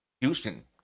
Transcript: Houston